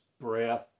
breath